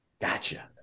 Gotcha